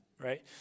right